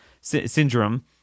syndrome